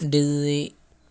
Delhi